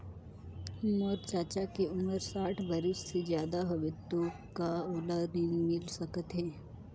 मोर चाचा के उमर साठ बरिस से ज्यादा हवे तो का ओला ऋण मिल सकत हे?